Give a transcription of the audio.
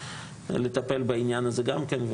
שצריך לטפל בעניין הזה גם כן,